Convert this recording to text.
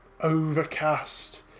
overcast